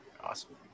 awesome